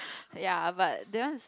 ya but because